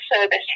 service